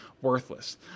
worthless